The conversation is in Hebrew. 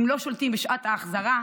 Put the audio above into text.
הם לא שולטים בשעת החזרה,